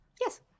Yes